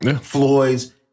Floyd's